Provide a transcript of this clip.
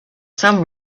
some